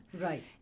Right